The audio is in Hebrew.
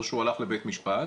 או שהוא הלך לבית משפט,